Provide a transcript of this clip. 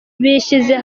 bishyize